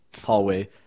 hallway